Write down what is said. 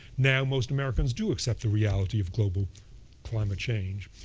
now most americans do accept the reality of global climate change.